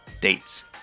Dates